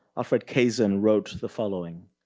alfred kaisen wrote the following.